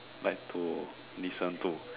like to listen to